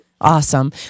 Awesome